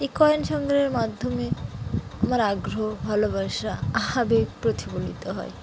এই কয়েন সংগ্রহের মাধ্যমে আমার আগ্রহ ভালোবাসা আবেগ প্রতিফলিত হয়